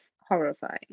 horrifying